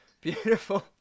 Beautiful